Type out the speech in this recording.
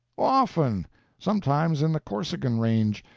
often sometimes in the corsican range,